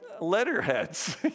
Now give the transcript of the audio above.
letterheads